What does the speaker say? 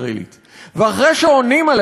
ואחרי שעונים על השאלה הזאת,